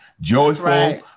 joyful